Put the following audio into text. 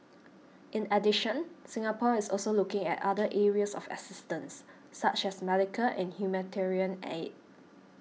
in addition Singapore is also looking at other areas of assistance such as medical and humanitarian aid